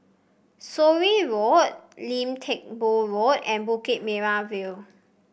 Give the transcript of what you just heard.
Surin Road Lim Teck Boo Road and Bukit Merah View